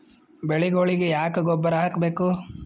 ಬೆಳಿಗೊಳಿಗಿ ಯಾಕ ಗೊಬ್ಬರ ಹಾಕಬೇಕು?